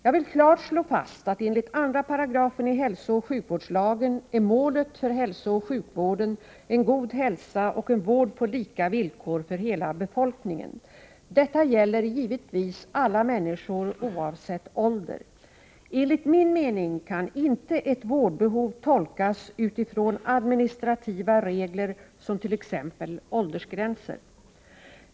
Jag vill klart slå fast att enligt 2 § i hälsooch sjukvårdslagen är målet för hälsooch sjukvården en god hälsa och en vård på lika villkor för hela befolkningen. Detta gäller givetvis alla människor oavsett ålder. Enligt min mening kan inte ett vårdbehov tolkas utifrån administrativa regler som t.ex. åldersgränser.